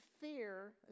fear